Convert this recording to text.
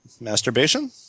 Masturbation